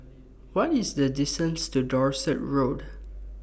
What IS The distance to Dorset Road